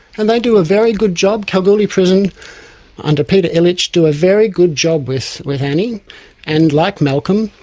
and they do a very good job. kalgoorlie prison under peter ilich do a very good job with with annie and, like malcolm,